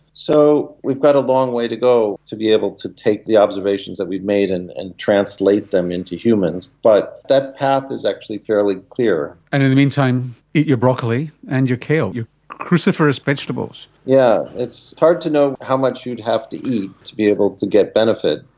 so we've got a long way to go to be able to take the observations that we've made and and translate them into humans, but that path is actually fairly clear. and in the meantime eat your broccoli and your kale, your cruciferous vegetables. yes. yeah it's hard to know how much you'd have to eat to be able to get benefit,